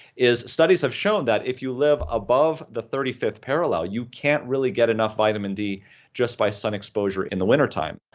is studies have shown that if you live above the thirty fifth parallel, you can't really get enough vitamin d just by sun exposure in the winter time.